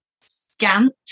scant